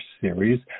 series